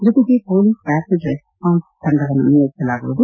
ಜೊತೆಗೆ police rapid response ತಂಡವನ್ನು ನಿಯೋಜಿಸಲಾಗುವುದು